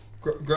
Great